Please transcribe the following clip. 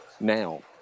now